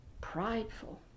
prideful